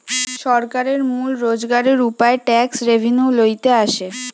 সরকারের মূল রোজগারের উপায় ট্যাক্স রেভেন্যু লইতে আসে